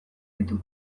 ditu